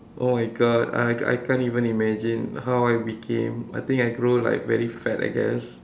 oh my God I I can't even imagine how I became I think I grow like very fat I guess